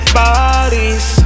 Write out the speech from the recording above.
bodies